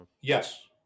Yes